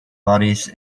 bodies